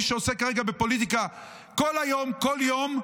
מי שעוסק כרגע בפוליטיקה כל היום, כל יום,